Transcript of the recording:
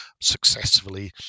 successfully